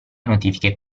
notifiche